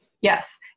yes